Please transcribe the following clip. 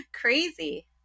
Crazy